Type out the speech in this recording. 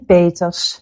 Peters